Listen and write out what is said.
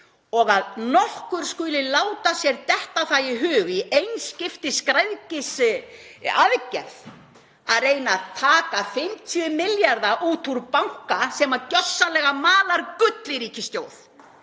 Og að nokkur skuli láta sér detta það í hug í einskiptisgræðgisaðgerð að reyna að taka 50 milljarða út úr banka sem malar gull í ríkissjóð